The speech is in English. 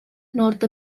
north